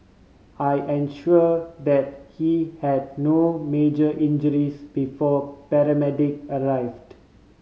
I ensure that he had no major injuries before paramedic arrived